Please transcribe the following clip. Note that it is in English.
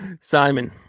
Simon